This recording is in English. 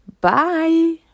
Bye